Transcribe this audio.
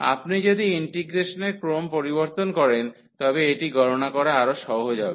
আপনি যদি ইন্টিগ্রেসনের ক্রম পরিবর্তন করেন তবে এটি গণনা করা আরও সহজ হবে